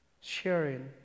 sharing